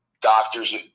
Doctors